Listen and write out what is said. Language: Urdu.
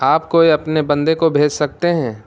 آپ کوئی اپنے بندے کو بھیج سکتے ہیں